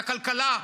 את הכלכלה,